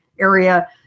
area